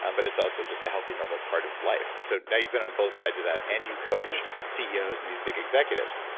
um but it's also just a healthy normal part of life. so now you've been on both sides of that and you coach ceos and these big executives,